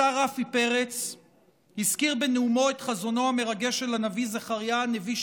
השר רפי פרץ הזכיר בנאומו את חזונו המרגש של זכריה הנביא,